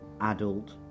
adult